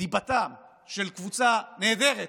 דיבתה של קבוצה נהדרת